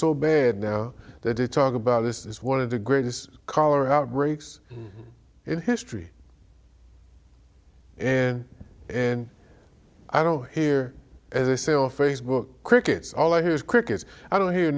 so bad now that it talk about this is one of the greatest cholera outbreaks in history and and i don't hear as i say our facebook cricket's all his cricket i don't hear